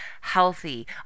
healthy